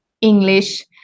English